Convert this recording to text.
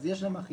אז יש אכיפה.